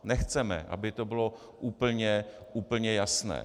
Nechceme aby to bylo úplně jasné.